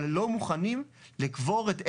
אבל לא מוכנים לקבור את אלי.